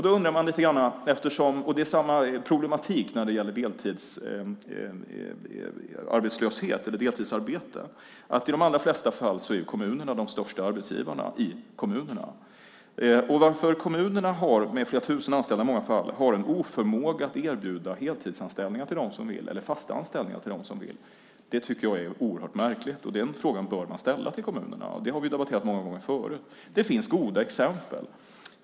Det är samma problematik när det gäller deltidsarbete, nämligen att det är kommunerna som i de allra flesta fall är de största arbetsgivarna. Varför kommunerna, med i många fall flera tusen anställda, har en oförmåga att erbjuda heltidsanställningar eller fasta anställningar till dem som vill tycker jag är oerhört märkligt. Den frågan bör man ställa till kommunerna. Det har vi debatterat många gånger förut. Det finns goda exempel.